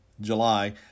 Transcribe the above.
July